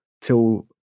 till